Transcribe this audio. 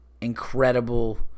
incredible